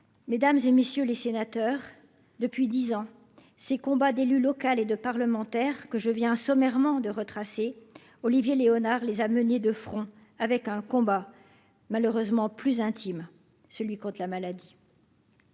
Mesdames et messieurs les sénateurs, depuis 10 ans, ces combats d'élu local et de parlementaire que je viens sommairement de retracer Olivier Léonard les a mené de front avec un combat malheureusement plus intime, celui contre la maladie.